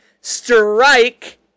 Strike